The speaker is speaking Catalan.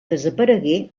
desaparegué